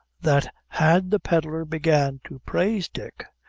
that had the pedlar begun to praise dick,